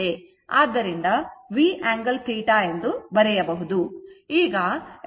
ಆದ್ದರಿಂದ V angle θ ಎಂದು ಬರೆಯಬಹುದು